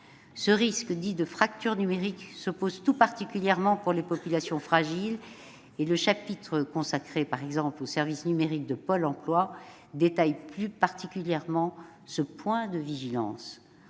Ce risque dit de fracture numérique se pose tout particulièrement pour les populations fragiles. Le chapitre consacré aux services numériques de Pôle emploi détaille plus particulièrement ce point de vigilance.